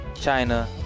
China